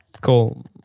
Cool